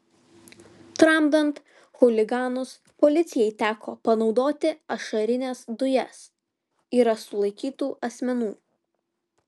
tramdant chuliganus policijai teko panaudoti ašarines dujas yra sulaikytų asmenų